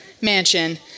mansion